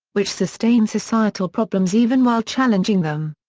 which sustain societal problems even while challenging them.